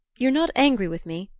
you're not angry with me?